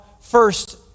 first